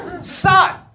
Son